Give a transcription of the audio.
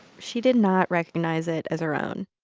she did not recognize it as her own.